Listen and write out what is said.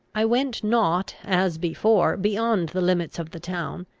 i went not, as before, beyond the limits of the town,